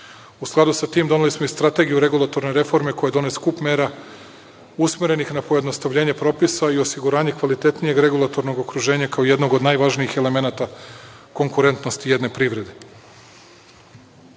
U skladu sa tim, doneli smo i Strategiju regulatorne reforme, kojom je donet skup mera usmerenih na pojednostavljenje propisa i osiguranje kvalitetnijeg regulatornog okruženja kao jednog od najvažnijih elemenata konkurentnosti jedne privrede. Ova